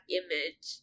image